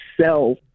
sell